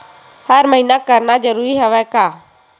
हर महीना करना जरूरी हवय का?